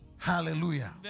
Hallelujah